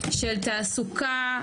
של תעסוקה,